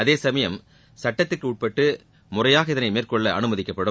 அதேசமயம் சட்டத்திற்குட்பட்டு முறையாக இதனை மேற்கொள்ள அனுமதிக்கப்படும்